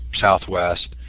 Southwest